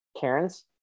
Karens